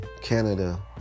Canada